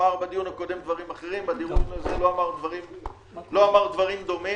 אמר בדיון הקודם דברים אחרים ובדיון הזה לא אמר דברים דומים.